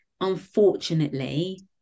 Unfortunately